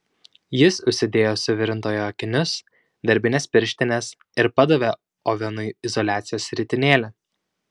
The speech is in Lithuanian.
jis užsidėjo suvirintojo akinius darbines pirštines ir padavė ovenui izoliacijos ritinėlį